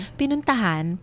pinuntahan